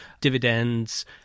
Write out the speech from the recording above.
dividends